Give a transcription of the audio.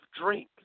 drink